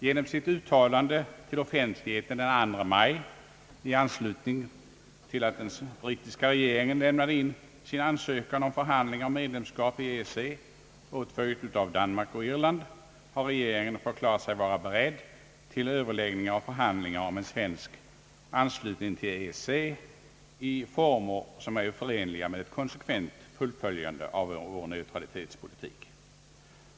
Genom sitt uttalande till offentligheten den 2 maj — i anslutning till att den brittiska regeringen lämnade in sin ansökan om förhandlingar om medlemskap i EEC, följd av Danmark och TIrland — har regeringen förklarat sig vara beredd till överläggningar och förhandlingar om en svensk anslutning till EEC i former, som är förenliga med ett konsekvent fullföljande av vår neutralitetspolitik.